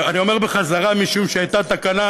ואני אומר "בחזרה" מכיוון שהייתה תקנה,